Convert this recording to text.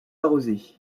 arrosée